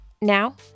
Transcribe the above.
Now